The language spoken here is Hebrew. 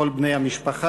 כל בני המשפחה,